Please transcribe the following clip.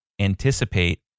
anticipate